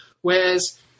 whereas